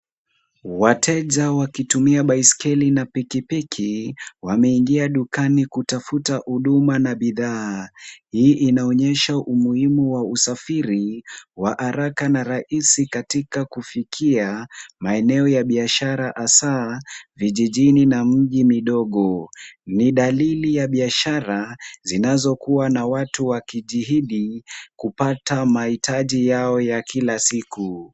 Wateja wakitumia baiskeli na pikipiki wameingia dukani kutafuta huduma na bidhaa. Hii inaonyesha umuhimu wa usafiri wa haraka na rahisi katika kufikia maeneo ya biashara hasa vijijini na mji midogo. Ni dalili ya biashara zinazokuwa na watu wakijihidi kupata mahitaji yao ya kila siku.